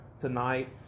tonight